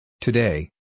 Today